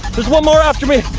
there's one more after me ah!